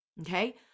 okay